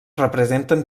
representen